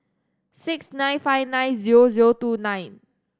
six nine five nine zero zero two nine